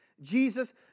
Jesus